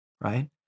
right